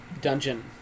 dungeon